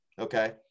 Okay